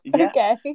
Okay